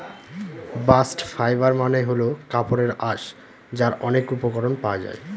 bast fibre মানে হল কাপড়ের আঁশ যার অনেক উপকরণ পাওয়া যায়